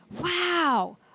wow